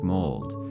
Mold